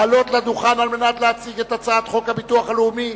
לעלות לדוכן על מנת להציג את הצעת חוק הביטוח הלאומי